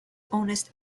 honest